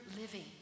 living